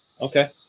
Okay